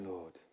Lord